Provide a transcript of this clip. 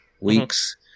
weeks